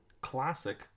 classic